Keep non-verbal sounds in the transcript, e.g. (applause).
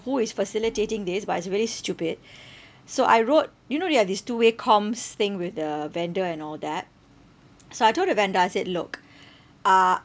who is facilitating this but it's very stupid (breath) so I wrote do you know there are this two way comms thing with the vendor and all that so I told the vendor I said look uh